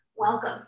welcome